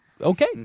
okay